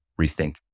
rethink